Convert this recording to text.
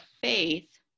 faith